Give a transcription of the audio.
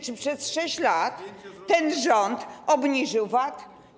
Czy przez 6 lat ten rząd obniżył VAT?